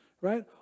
right